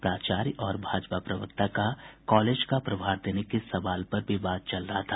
प्राचार्य और भाजपा प्रवक्ता का कॉलेज का प्रभार देने के सवाल पर विवाद चल रहा था